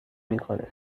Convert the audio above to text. میکنه